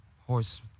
Horse